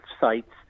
sites